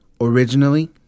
Originally